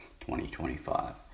2025